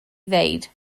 ddweud